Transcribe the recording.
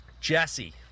Jesse